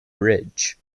ridge